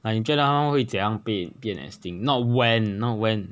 like 你觉得他们会怎样变 extinct not when not when